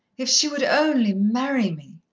if she would only marry me!